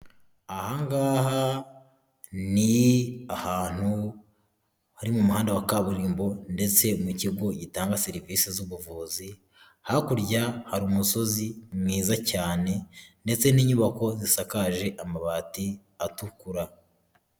Ahangaha ni ahantu hari mu muhanda wa kaburimbo, ndetse mu kigo gitanga serivisi z'ubuvuzi. Hakurya hari umusozi mwiza cyane ndetse n'inyubako zisakaje amabati atukura.